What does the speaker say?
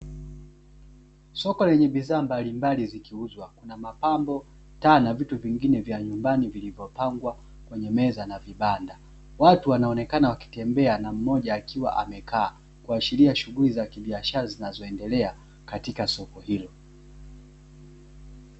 Soko lenye bidhaa mbalimbali zikiuzwa, kuna: mapambo, taa na vitu vingine vya vyumbani vilivyopangwa kwenye meza na vibanda. Watu wanaonekana wakitembea na mmoja akiwa amekaa, kuashiria shughuli za kibiashara zinazoendelea katika soko hilo.